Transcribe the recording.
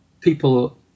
people